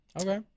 Okay